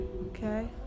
Okay